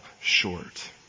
short